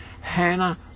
Hannah